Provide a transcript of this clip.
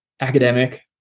academic